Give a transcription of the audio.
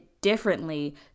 differently